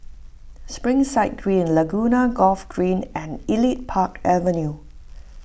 Springside Green Laguna Golf Green and Elite Park Avenue